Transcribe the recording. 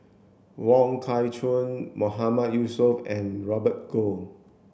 Wong Kah Chun Mahmood Yusof and Robert Goh